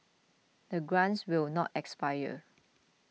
the grants will not expire